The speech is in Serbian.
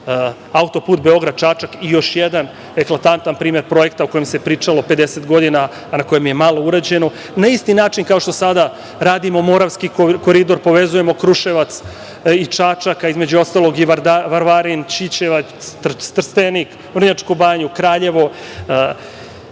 autoput Beograd – Čačak. Još jedan eklatantan primer projekta o kojem se pričalo 50 godina, a na kojem je malo urađeno, na isti način kao što sada radimo Moravski koridor, povezujemo Kruševac i Čačak, a između ostalog, i Varvarin, Ćićevac, Trstenik, Vrnjačku Banju, Kraljevo.